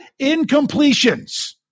incompletions